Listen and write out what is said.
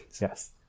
Yes